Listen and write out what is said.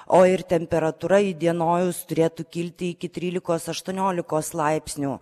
o ir temperatūra įdienojus turėtų kilti iki trylikos aštuoniolikos laipsnių